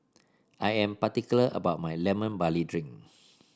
I am particular about my Lemon Barley Drink